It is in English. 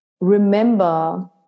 remember